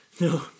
No